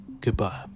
Goodbye